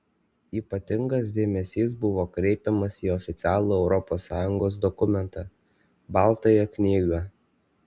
ypatingas dėmesys buvo kreipiamas į oficialų europos sąjungos dokumentą baltąją knygą